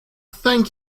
thank